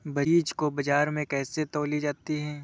बीज को बाजार में कैसे तौली जाती है?